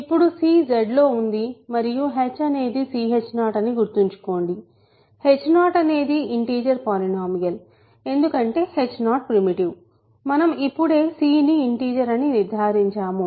ఇప్పుడు c Z లో ఉంది మరియు h అనేది c h 0 అని గుర్తుంచుకోండి h 0 అనేది ఇంటిజర్ పాలినోమియల్ ఎందుకంటే h 0ప్రిమిటివ్ మనం ఇప్పుడే c ని ఇంటిజర్ అని నిర్ధారించాము